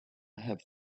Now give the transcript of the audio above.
have